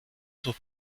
sus